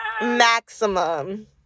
Maximum